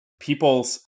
people's